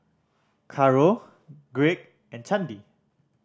Caro Gregg and Candi